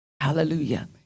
Hallelujah